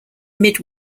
mid